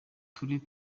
twari